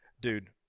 Dude